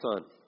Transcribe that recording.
son